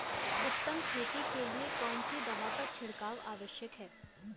उत्तम खेती के लिए कौन सी दवा का छिड़काव आवश्यक है?